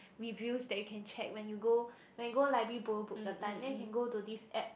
reviews that you can check when you go when you go library borrow book that time then you can go to this app